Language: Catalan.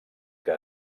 que